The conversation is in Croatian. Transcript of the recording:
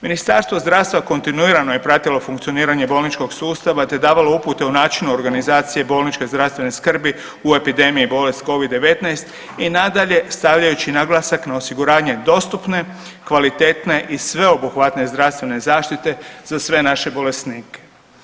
Ministarstvo zdravstva kontinuirano je pratilo funkcioniranje bolničkog sustava te davalo upute o načinu organizacije bolničke zdravstvene skrbi u epidemije bolest Covid-19 i nadalje stavljajući naglasak na osiguranje dostupne, kvalitetne i sveobuhvatne zdravstvene zaštite za sve naše bolesnike.